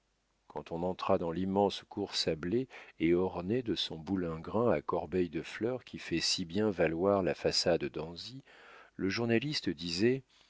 quand on entra dans l'immense cour sablée et ornée de son boulingrin à corbeilles de fleurs qui fait si bien valoir la façade d'anzy le journaliste disait